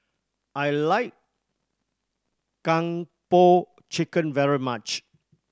I like Kung Po Chicken very much